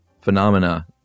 phenomena